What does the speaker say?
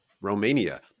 Romania